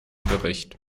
bericht